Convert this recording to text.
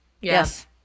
Yes